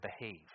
behave